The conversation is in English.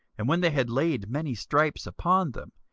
and when they had laid many stripes upon them,